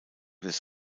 des